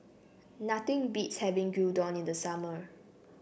nothing beats having Gyudon in the summer